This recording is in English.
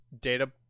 data